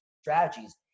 strategies